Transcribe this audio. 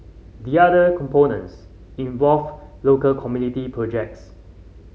the other components involve local community projects